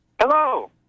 Hello